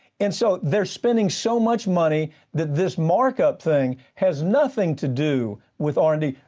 and so they're spending so much money that this markup thing has nothing to do with r and d.